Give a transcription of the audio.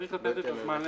וצריך לתת את הזמן הזה.